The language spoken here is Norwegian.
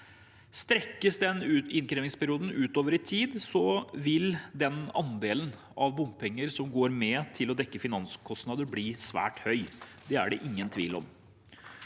Strekkes innkrevingsperioden utover i tid, vil andelen bompenger som går med til å dekke finanskostnader, bli svært høy. Det er det ingen tvil om.